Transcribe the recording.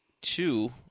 two